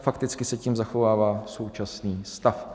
Fakticky se tím zachovává současný stav.